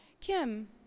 Kim